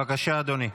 בבקשה, אדוני.